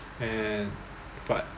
and but